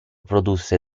produsse